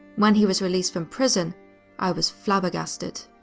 when he was released from prison i was flabbergasted.